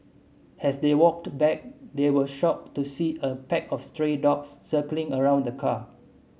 as they walked back they were shocked to see a pack of stray dogs circling around the car